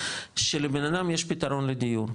שלבן אדם יש פתרון לדיור.